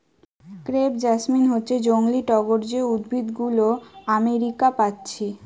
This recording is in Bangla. ক্রেপ জেসমিন হচ্ছে জংলি টগর যে উদ্ভিদ গুলো আমেরিকা পাচ্ছি